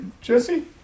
Jesse